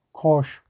خۄش